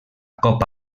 copa